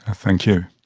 ah thank you.